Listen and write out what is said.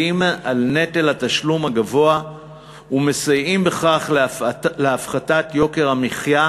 על נטל התשלום הגבוה ומסייעים בכך להפחתת יוקר המחיה